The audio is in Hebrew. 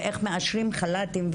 ואיך מאשרים חלת"ים,